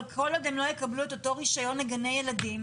אבל כל עוד הם לא יקבלו את אותו רישיון לגני ילדים,